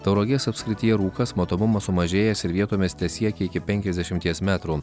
tauragės apskrityje rūkas matomumas sumažėjęs ir vietomis tesiekia iki penkiasdešimties metrų